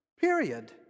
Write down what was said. Period